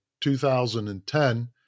2010